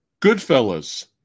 Goodfellas